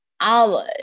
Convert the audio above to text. hours